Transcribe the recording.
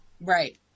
Right